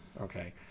Okay